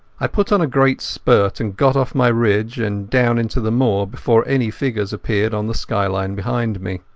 i put on a great spurt and got off my ridge and down into the moor before any figures appeared on the skyline behind me.